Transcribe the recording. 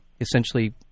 essentially